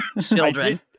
Children